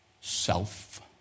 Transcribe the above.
Self